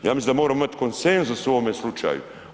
Ja mislim da moramo imati konsenzus u ovome slučaju.